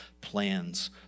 plans